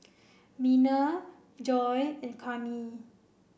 Miner Joi and Cami